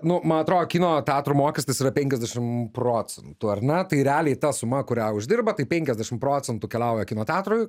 nu man atrodo kino teatro mokestis yra penkiasdešim procentų ar ne tai realiai ta suma kurią uždirba tai penkiasdešim procentų keliauja kino teatrui